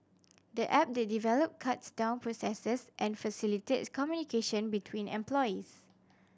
the app they developed cuts down processes and facilitate communication between employees